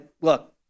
Look